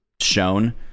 shown